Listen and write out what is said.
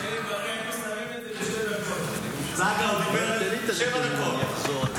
סעדה, הוא דיבר שבע דקות.